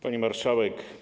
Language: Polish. Pani Marszałek!